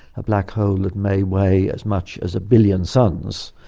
a black hole that may weigh as much as a billion suns,